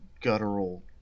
guttural